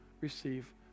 receive